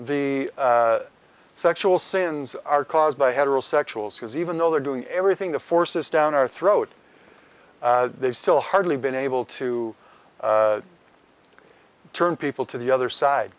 the sexual sins are caused by heterosexuals because even though they're doing everything the forces down our throat they still hardly been able to turn people to the other side